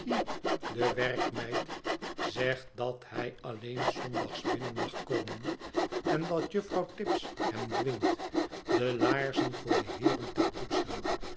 de werkmeid zegt dat hij alleen s zondags binnen mag komen en dat juffrouw tibbs hem dwingt de laarzen voor de heeren te poetsen